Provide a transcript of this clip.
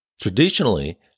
Traditionally